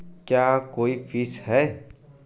क्या कोई फीस है?